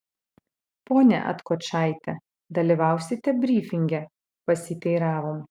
pone atkočaiti dalyvausite brifinge pasiteiravom